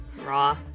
Raw